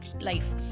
life